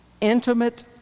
intimate